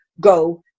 go